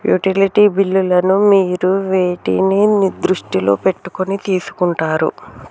Utility బిల్లులను మీరు వేటిని దృష్టిలో పెట్టుకొని తీసుకుంటారు?